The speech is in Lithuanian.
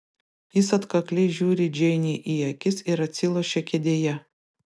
jis atkakliai žiūri džeinei į akis ir atsilošia kėdėje